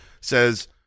says